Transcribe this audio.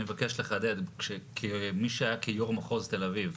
אני מבקש לחדד כמי שהיה יו"ר מחוז תל אביב,